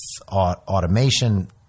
automation